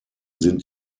sind